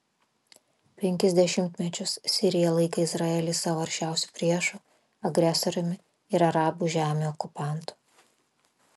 penkis dešimtmečius sirija laikė izraelį savo aršiausiu priešu agresoriumi ir arabų žemių okupantu